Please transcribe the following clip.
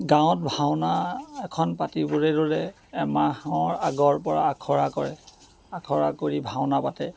গাঁৱত ভাওনা এখন পাতিবলৈ ল'লে এমাহৰ আগৰ পৰা আখৰা কৰে আখৰা কৰি ভাওনা পাতে